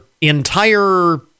entire